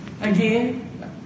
Again